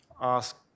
ask